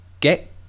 Get